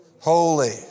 Holy